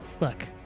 Look